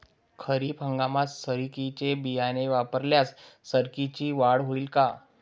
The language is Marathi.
खरीप हंगामात सरकीचे बियाणे वापरल्यास सरकीची वाढ होईल का?